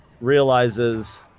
realizes